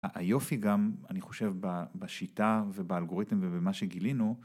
היופי גם אני חושב בשיטה ובאלגוריתם ובמה שגילינו